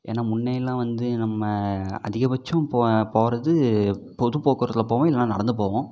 ஏன்னா முன்னையெல்லாம் வந்து நம்ம அதிகபட்சம் போகிறது பொது போக்குவரத்தில் போவோம் இல்லைனா நடந்து போவோம்